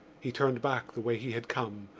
he turned back the way he had come,